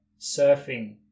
surfing